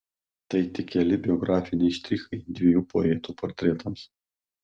tai tik keli biografiniai štrichai dviejų poetų portretams